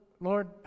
Lord